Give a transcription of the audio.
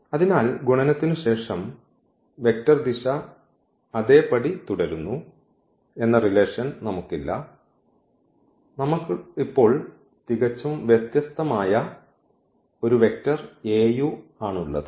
അതിനാൽ ഗുണനത്തിനുശേഷം വെക്റ്റർ ദിശ അതേപടി തുടരുന്നു എന്ന റിലേഷൻ നമുക്ക് ഇല്ല നമ്മൾക്ക് ഇപ്പോൾ തികച്ചും വ്യത്യസ്തമായ ഒരു വെക്റ്റർ Au ആണുള്ളത്